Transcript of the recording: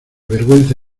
vergüenza